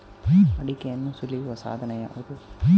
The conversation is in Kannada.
ಅಡಿಕೆಯನ್ನು ಸುಲಿಯುವ ಸಾಧನ ಯಾವುದು?